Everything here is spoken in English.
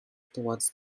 toward